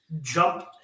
jump